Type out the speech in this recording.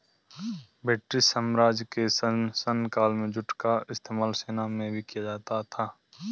British साम्राज्य के शासनकाल में जूट का इस्तेमाल सेना में भी किया जाता था